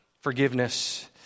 forgiveness